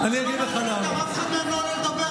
הרי אף אחד מהם לא עולה לדבר.